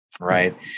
right